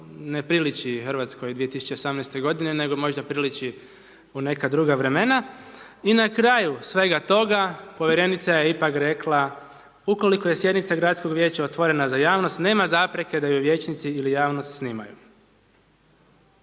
ne priliči Hrvatskoj 2018. godine nego možda priliči u neka druga vremena i na kraju svega toga povjerenica je ipak rekla, ukoliko je sjednica Gradskog vijeća otvorena za javnost nema zapreke da ju vijećnici ili javnost snimanju.